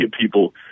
people